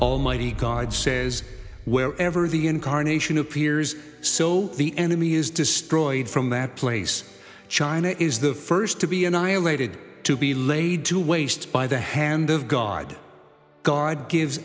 almighty god says where ever the incarnation appears so the enemy is destroyed from that place china is the first to be annihilated to be laid to waste by the hand of god god gives